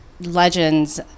Legends